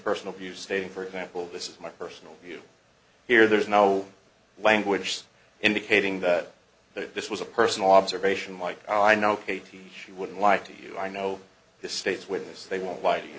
personal views stating for example this is my personal view here there's no languish indicating that that this was a personal observation like how i know katie she wouldn't lie to you i know the state's witness they won't lie to you